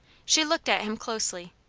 she looked at him closely.